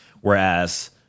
whereas